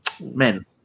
men